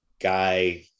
Guy